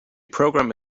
program